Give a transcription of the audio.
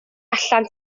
allan